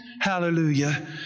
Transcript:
Hallelujah